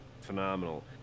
phenomenal